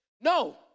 No